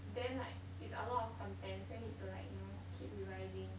then like it's a lot of contents then need to like you know keep revising